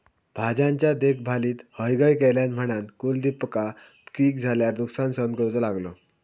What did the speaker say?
भाज्यांच्या देखभालीत हयगय केल्यान म्हणान कुलदीपका पीक झाल्यार नुकसान सहन करूचो लागलो